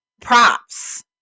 Props